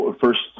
first